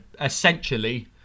essentially